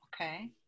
Okay